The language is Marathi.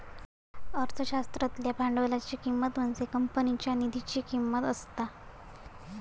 अर्थशास्त्रातल्या भांडवलाची किंमत म्हणजेच कंपनीच्या निधीची किंमत असता